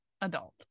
adult